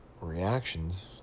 reactions